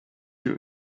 you